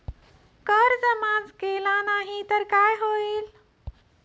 कर जमा केला नाही तर काय होईल?